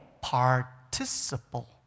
participle